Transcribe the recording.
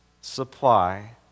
supply